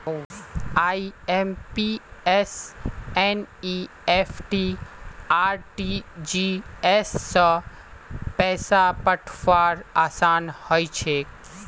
IMPS NEFT RTGS स पैसा पठऔव्वार असान हछेक